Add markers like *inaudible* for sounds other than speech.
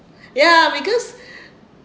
*breath* ya because *breath*